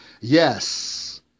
yes